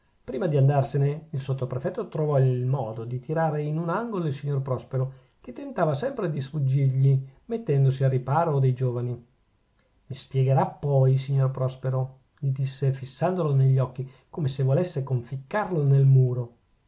prima di andarsene il sottoprefetto trovò il modo di tirare in un angolo il signor prospero che tentava sempre di sfuggirgli mettendosi al riparo dei giovani mi spiegherà poi signor prospero gli disse fissandolo negli occhi come se volesse conficcarlo nel muro